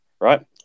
right